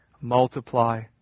Multiply